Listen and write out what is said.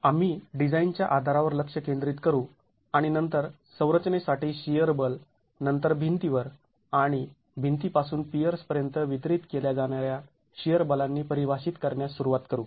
आम्ही डिझाईनच्या आधारावर लक्ष केंद्रित करू आणि नंतर संरचनेसाठी शिअर बल नंतर भिंतीवर आणि भिंतीपासून पीयर्स् पर्यंत वितरित केल्या जाणाऱ्या शिअर बलांनी परिभाषित करण्यास सुरुवात करू